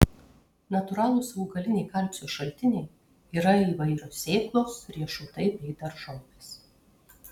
natūralūs augaliniai kalcio šaltiniai yra įvairios sėklos riešutai bei daržovės